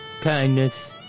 kindness